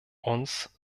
uns